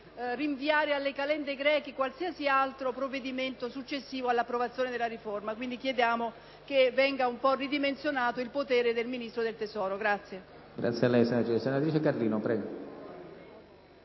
rinviare alle calende greche qualsiasi altro provvedimento successivo all’approvazione della riforma. Chiediamo pertanto che venga un po’ ridimensionato il potere del Ministro dell’economia.